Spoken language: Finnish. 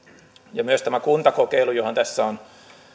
myös tämä kuntakokeilu johon tässä on